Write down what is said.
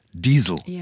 diesel